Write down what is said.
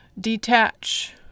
detach